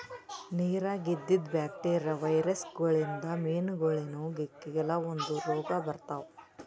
ನಿರಾಗ್ ಇದ್ದಿದ್ bacteria, virus ಗೋಳಿನ್ದ್ ಮೀನಾಗೋಳಿಗನೂ ಕೆಲವಂದ್ ರೋಗ್ ಬರ್ತಾವ್